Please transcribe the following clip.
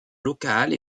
locales